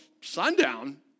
sundown